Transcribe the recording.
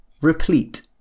replete